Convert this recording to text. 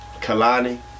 Kalani